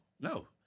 No